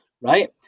right